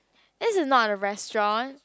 it is not a restaurant